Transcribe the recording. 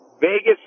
Vegas